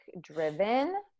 driven